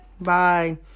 Bye